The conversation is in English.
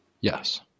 Yes